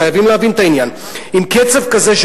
חייבים להבין את העניין: אם קצב כזה של